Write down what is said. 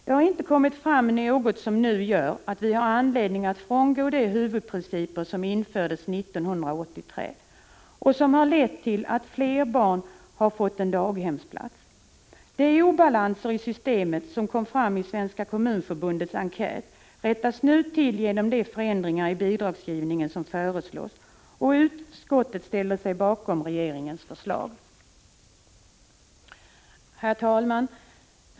Det har inte kommit fram något som nu gör att vi har anledning att frångå de huvudprinciper som infördes 1983 och som har lett till att fler barn har fått en daghemsplats. De obalanser i systemet som kom fram i Svenska kommunförbundets enkät rättas nu till genom de förändringar i bidragsgivningen som nu föreslås. Utskottet ställer sig bakom regeringens förslag. Herr talman!